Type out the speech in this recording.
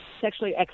sexually